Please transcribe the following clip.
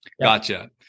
gotcha